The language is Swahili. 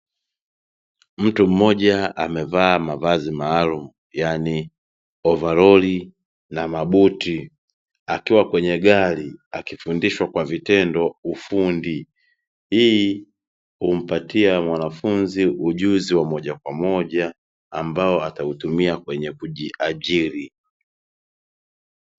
Mtu mmoja amevaa mavazi maalumu yaani ovaroli na mabuti, akiwa kwenye gari akifundishwa kwa vitendo ufundi. Hii humpatia mwanafunzi ujuzi wa moja kwa moja ambao atautimia kwenye kujiajiri.